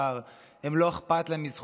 לא אכפת להם מזכויות אדם,